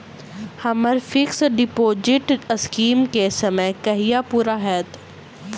हम्मर fix deposit scheme केँ समय कहिया पूरा हैत?